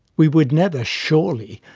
we would never, surely,